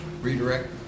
Redirect